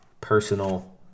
personal